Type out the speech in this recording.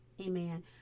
Amen